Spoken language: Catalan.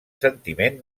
sentiment